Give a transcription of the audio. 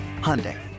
Hyundai